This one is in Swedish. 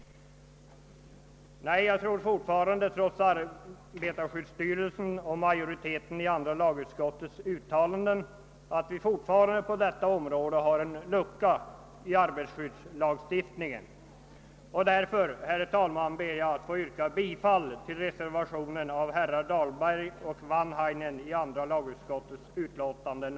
Trots arbetarskyddsstyrelsens och majoritetens i andra lagutskottets uttalande tror jag att vi fortfarande på detta område har en lucka i arbetarskyddslagstiftningen. Jag ber därför, herr talman, att få yrka bifall till reservationen av herrar Dahlberg och Wanhainen.